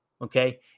Okay